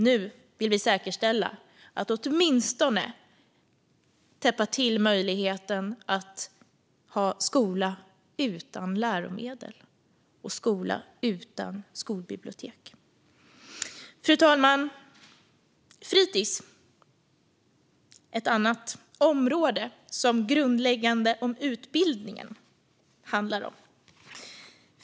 Nu vill vi säkerställa att åtminstone täppa till möjligheten att ha skola utan läromedel och skola utan skolbibliotek. Fru talman! Fritis är ett annat område som är grundläggande för det utbildningen handlar om.